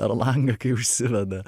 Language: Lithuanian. per langą kai užsiveda